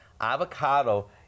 Avocado